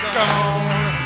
gone